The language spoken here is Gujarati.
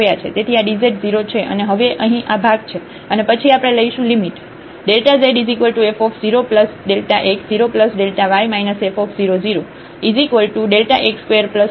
તેથી આ dz 0 છે અને હવે અહીં આ ભાગ છે અને પછી આપણે લઈશું લિમિટ